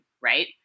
right